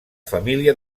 família